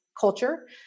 culture